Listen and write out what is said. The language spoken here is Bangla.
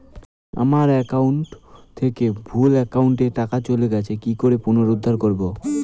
আমার একাউন্ট থেকে ভুল একাউন্টে টাকা চলে গেছে কি করে পুনরুদ্ধার করবো?